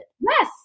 Yes